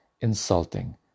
insulting